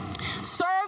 serve